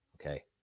Okay